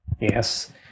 Yes